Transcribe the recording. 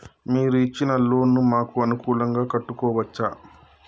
మీరు ఇచ్చిన లోన్ ను మాకు అనుకూలంగా కట్టుకోవచ్చా?